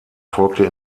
folgte